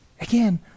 Again